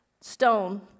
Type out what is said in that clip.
stone